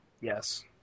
Yes